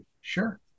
Sure